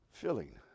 filling